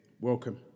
Welcome